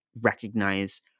recognize